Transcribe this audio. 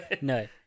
No